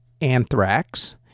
Anthrax